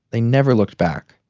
they never looked back.